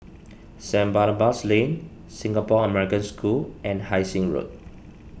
Saint Barnabas Lane Singapore American School and Hai Sing Road